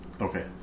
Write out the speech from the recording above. Okay